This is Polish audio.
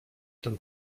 ten